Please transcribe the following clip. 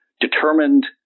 determined